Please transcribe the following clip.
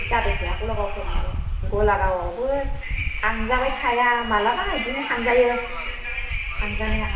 जाबाय थाया गलागावफोरनियाबो गलागावआवबो थांजाबाय थाया मालाबा बिदिनो थांजायो थांजानाया